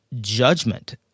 judgment